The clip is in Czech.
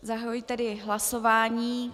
Zahajuji tedy hlasování.